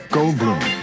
Goldblum